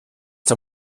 der